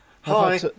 Hi